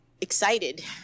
excited